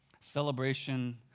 Celebration